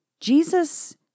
Jesus